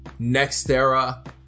Nextera